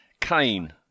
Kane